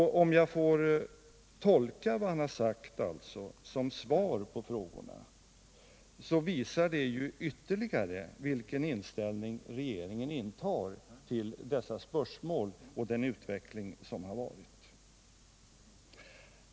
Tolkningen av vad han sade som svar på frågorna visar ytterligare vilken inställning regeringen har till dessa spörsmål och den utveckling som har varit.